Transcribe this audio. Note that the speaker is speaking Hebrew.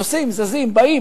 נוסעים, זזים, באים,